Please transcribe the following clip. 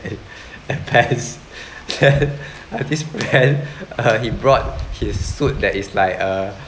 and pants then uh this friend uh he brought his suit that is like uh